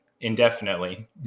indefinitely